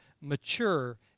mature